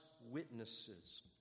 witnesses